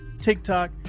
TikTok